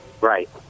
Right